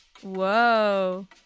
Whoa